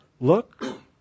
look